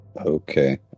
Okay